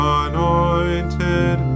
anointed